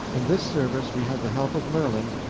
in this service we had the help of merlin,